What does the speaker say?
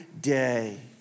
day